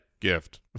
gift